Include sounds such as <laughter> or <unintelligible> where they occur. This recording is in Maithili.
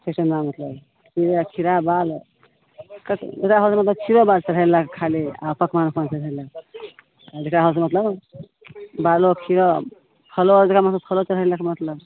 <unintelligible> मतलब खीरा बालि <unintelligible> बालि चढ़ेलक खाली आ पकवान वकबान चढ़ेलक आ जेकरा होल से मतलब बालो खीरा फलो आओर जेकरा मोन होल फलो चढ़ेलक मतलब